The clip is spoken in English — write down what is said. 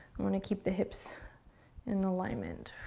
i wanna keep the hips in alignment.